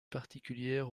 particulière